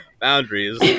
boundaries